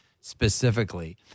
specifically